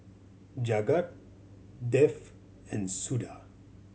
Jagat Dev and Suda